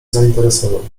zainteresował